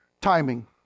timing